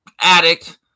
addict